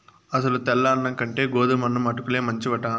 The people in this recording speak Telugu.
అసలు తెల్ల అన్నం కంటే గోధుమన్నం అటుకుల్లే మంచివట